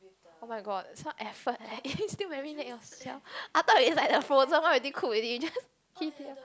oh-my-god so effort leh you still marinate yourself I thought is like the frozen one already cook already just